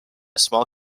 small